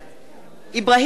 אברהים צרצור,